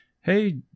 hey